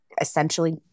essentially